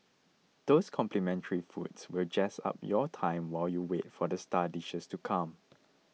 those complimentary foods will jazz up your time while you wait for the star dishes to come